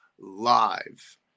live